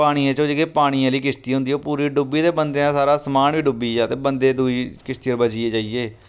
पानियै च ओह् जेह्की पानी आह्ली किश्ती होंदी ओह् पूरी डुब्बी ते बंदें दा सारा समान बी डुब्बी गेआ ते बंदें दूई किश्तियै बची गे जाइयै